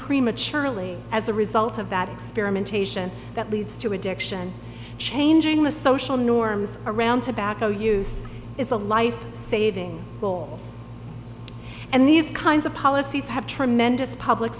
prematurely as a result of that experimentation that leads to addiction changing the social norms around tobacco use is a life saving goal and these kinds of policies have tremendous public